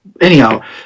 anyhow